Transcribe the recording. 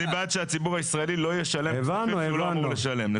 אני בעד שהציבור הישראלי לא ישלם כספים שהוא לא אמור לשלם,